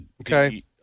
Okay